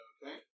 Okay